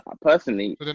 personally